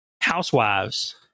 housewives